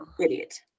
idiot